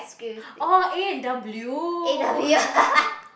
oh A-and-W